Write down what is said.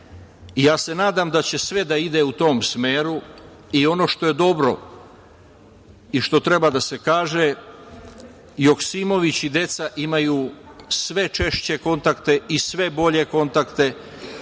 Nadam se da će sve da ide u tom smeru, i ono što je dobro, i što treba da se kaže, Joksimovići deca imaju sve češće kontakte i sve bolje kontakte,